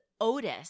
Otis